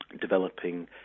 developing